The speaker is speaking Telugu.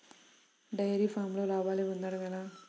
డైరి ఫామ్లో లాభాలు పొందడం ఎలా?